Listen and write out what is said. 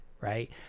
right